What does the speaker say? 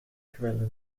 quellen